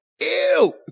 Ew